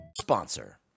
Sponsor